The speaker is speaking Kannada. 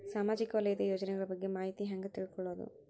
ಸಾಮಾಜಿಕ ವಲಯದ ಯೋಜನೆಗಳ ಬಗ್ಗೆ ಮಾಹಿತಿ ಹ್ಯಾಂಗ ತಿಳ್ಕೊಳ್ಳುದು?